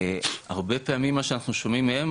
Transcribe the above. הרבה פעמים מה שאנחנו שומעים מהם,